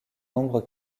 nombre